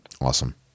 Awesome